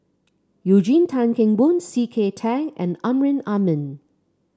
Eugene Tan Kheng Boon C K Tang and Amrin Amin